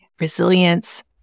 resilience